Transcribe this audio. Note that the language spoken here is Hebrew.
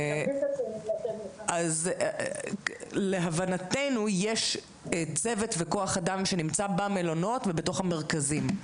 אז להבנתנו יש צוות וכוח אדם שנמצא במלונות ובתוך המרכזים.